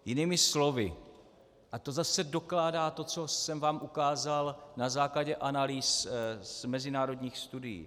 Jinými slovy to zase dokládá, co jsem vám ukázal na základě analýz z mezinárodních studií.